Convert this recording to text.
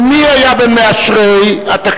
ומי היה בין מאשרי התקציב,